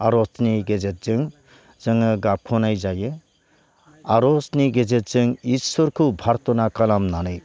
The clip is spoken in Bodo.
आर'जनि गेजेरजों जोङो गाबखनाय जायो आर'जनि गेजेरजों इसोरखौ भारथना खालामनानै